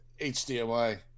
hdmi